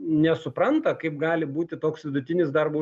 nesupranta kaip gali būti toks vidutinis darbo